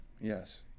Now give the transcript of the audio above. Yes